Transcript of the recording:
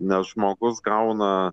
nes žmogus gauna